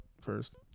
first